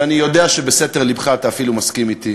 ואני יודע שבסתר לבך אתה אפילו מסכים אתי,